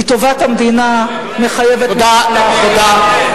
כי טובת המדינה מחייבת ממשלה אחרת.